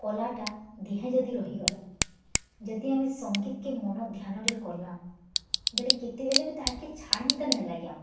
କଲାଟା ଦିହେଁ ଯଦି ରହିଗଲା ଯଦି ଆମେ ସଂଗୀତକେ ମନଧ୍ୟାନରେ କରମା ବେଲେ କେତେବେଲେ ବି ତାହାକେ ଛାଡ଼୍ମି ତ ନାଇଲାଗି ଆମ୍କୁ